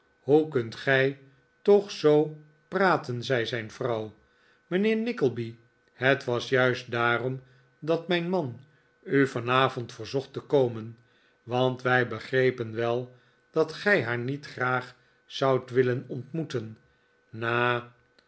hoe kunt gij toch zoo praten zei zijn vrouw mijnheer nickleby het was juist daarom dat mijn man u vanavond verzocht te komen want wij begrepen wel dat gij haar niet graag zoudt witlen ontmoeten na